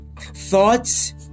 thoughts